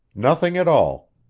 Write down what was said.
nothing at all.